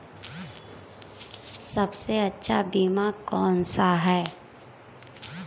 सबसे अच्छा बीमा कौनसा है?